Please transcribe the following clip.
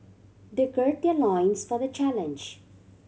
they gird their loins for the challenge